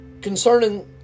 concerning